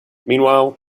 meanwhile